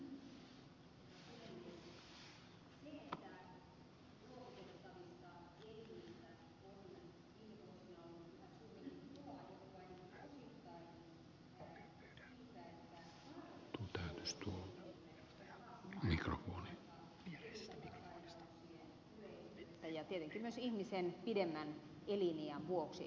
se että luovutettavista elimistä on viime vuosina ollut yhä suurempi pula johtuu osittain siitä että tarve luovutettujen elimien siirrosta on kasvanut elintapasairauksien lisääntymisen ja tietenkin myös ihmisen pidemmän eliniän vuoksi